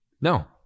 No